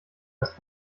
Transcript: als